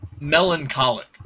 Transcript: melancholic